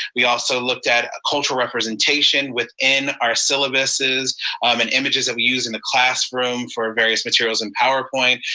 we also looked at cultural representation within our syllabuses and images that we use in the classroom for various materials in powerpoint.